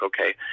okay